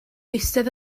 eistedd